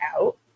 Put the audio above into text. out